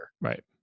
Right